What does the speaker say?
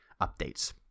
updates